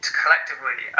collectively